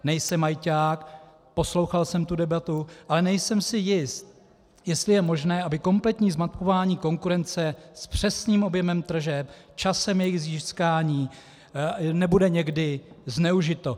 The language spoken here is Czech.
Nejsem ajťák, poslouchal jsem tu debatu, ale nejsem si jist, jestli je možné, aby kompletní zmapování konkurence s přesným objemem tržeb, časem jejich získání nebylo někdy zneužito.